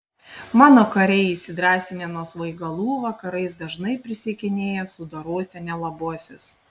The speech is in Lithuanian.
mano kariai įsidrąsinę nuo svaigalų vakarais dažnai prisiekinėja sudorosią nelabuosius